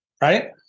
right